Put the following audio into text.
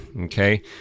Okay